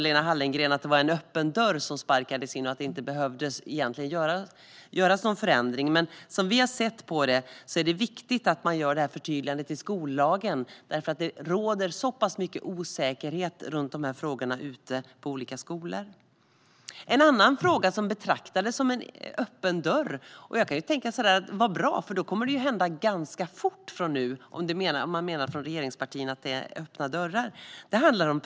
Lena Hallengren sa att det är en öppen dörr som sparkas in och att det egentligen inte behöver göras någon förändring när det gäller detta. Men som vi har sett på det är det viktigt att det här förtydligandet görs i skollagen därför att det råder så pass mycket osäkerhet runt de här frågorna ute på skolorna. En annan fråga som betraktas som en öppen dörr - och jag kan tänka att det är bra, för om man från regeringspartierna menar att det är en öppen dörr kommer det att ske en förändring ganska snart - är den om programmering.